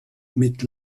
mit